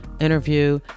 interview